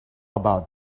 about